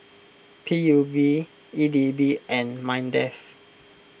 P U B E D B and Mindef